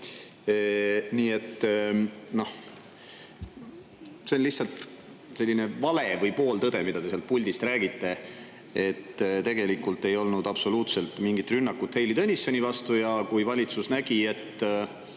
Nii et see on lihtsalt selline vale või pooltõde, mida te sealt puldist räägite. Tegelikult ei olnud absoluutselt mingit rünnakut Heili Tõnissoni vastu. Kui valitsus nägi, et